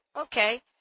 Okay